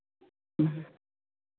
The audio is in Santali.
ᱦᱮᱸ